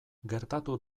gertatu